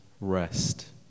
rest